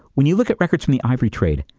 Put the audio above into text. when you look at records from the ivory trade,